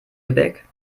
lübeck